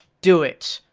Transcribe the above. do. it.